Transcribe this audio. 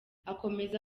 akomeza